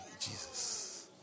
Jesus